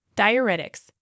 diuretics